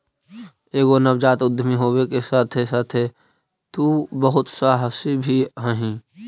एगो नवजात उद्यमी होबे के साथे साथे तु बहुत सहासी भी हहिं